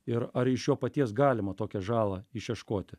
ir ar iš jo paties galima tokią žalą išieškoti